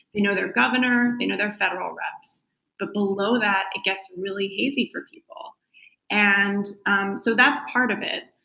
they know their governor. they know their federal reps but below that it gets really easy for people and um so that's part of it.